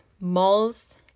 malls